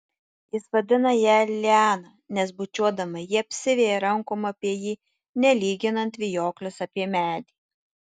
jis vadina ją liana nes bučiuodama ji apsiveja rankom apie jį nelyginant vijoklis apie medį